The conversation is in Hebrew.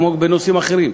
כמו בנושאים אחרים,